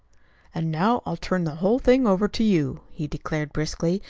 and now i'll turn the whole thing over to you, he declared briskly,